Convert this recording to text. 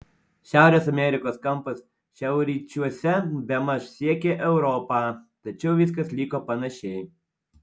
šiaurės amerikos kampas šiaurryčiuose bemaž siekė europą tačiau viskas liko panašiai